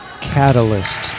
Catalyst